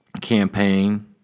campaign